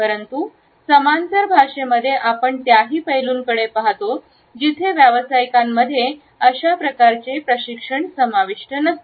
परंतु समांतर भाषेमध्ये आपण त्याही पैलूंकडे पहातो जिथे व्यावसायिकांमध्ये अशा प्रकारचे प्रशिक्षण समाविष्ट नसते